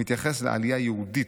מתייחס לעלייה יהודית.